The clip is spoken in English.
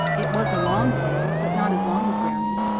it was a long tail, but not as long as brownie's.